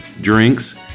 drinks